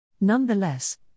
Nonetheless